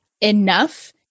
enough